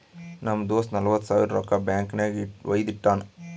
ನಮ್ ದೋಸ್ತ ನಲ್ವತ್ ಸಾವಿರ ರೊಕ್ಕಾ ಬ್ಯಾಂಕ್ ನಾಗ್ ವೈದು ಇಟ್ಟಾನ್